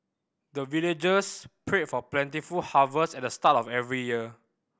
the villagers pray for plentiful harvest at the start of every year